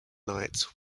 night